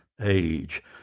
age